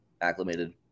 acclimated